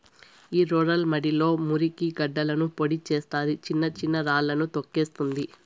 ఈ రోలర్ మడిలో మురికి గడ్డలను పొడి చేస్తాది, చిన్న చిన్న రాళ్ళను తోక్కేస్తుంది